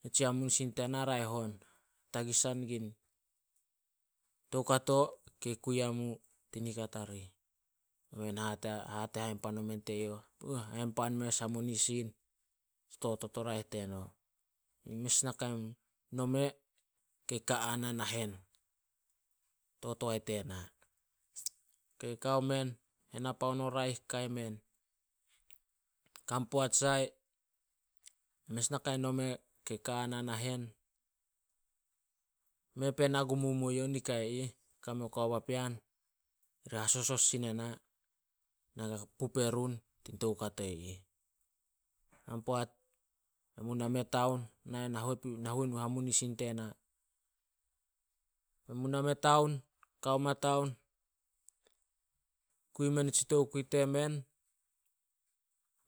"Nitsi hamunsinin tena, raeh on, tagisan gun toukato kei kui ya mu tin nika tarih." Men hate hainpan omen teyouh, "Puoh, hainpan mes hamunisin to totot o raeh teno." Yi mes nakai nome kei ka ana nahen to toae tena. Ok, kao men, henapoan o raeh kai men. Kan poat sai mes naka in nome kei ka ana nahen. Me pue na gu mumuo youh nikai ih, kame kao papean ri hasosos sin ena, na ka pup erun tin toukato ih. Kan poat men mu nameh taon, na ain na hue- na huenu in hamunisin tena. Men mu name taon, kao ma taon, kiu men nitsi tokui temen,